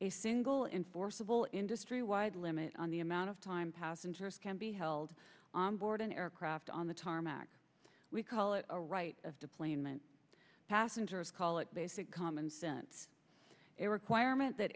a single in forcible industry wide limit on the amount of time passengers can be held on board an aircraft on the tarmac we call it a right of deplane meant passengers call it basic common sense a requirement that